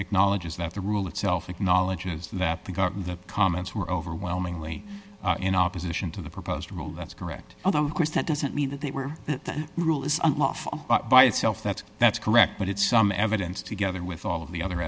acknowledges that the rule itself acknowledges that the got in the comments were overwhelmingly in opposition to the proposed rule that's correct although of course that doesn't mean that they were the rule is unlawful by itself that's that's correct but it's some evidence together with all of the other